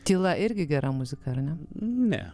tyla irgi gera muzika ar ne ne